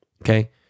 okay